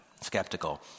skeptical